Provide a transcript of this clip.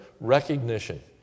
recognition